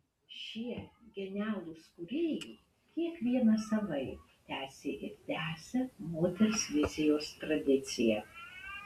šie genialūs kūrėjai kiekvienas savaip tęsė ir tęsia moters vizijos tradiciją